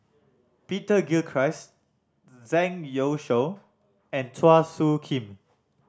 Peter Gilchrist Zhang Youshuo and Chua Soo Khim